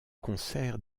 concerts